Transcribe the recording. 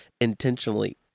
intentionally